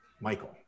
Michael